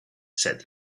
said